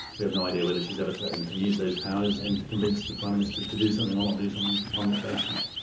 we have no idea whether she's ever threatened to use those powers, and convince the prime minister to do something or not do something on that basis.